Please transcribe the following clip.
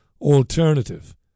alternative